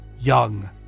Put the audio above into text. young